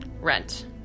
Rent